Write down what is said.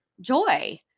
joy